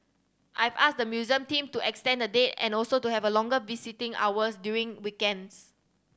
I've asked the museum team to extend the date and also to have a longer visiting hours during weekends